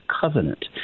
covenant